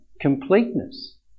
completeness